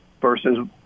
versus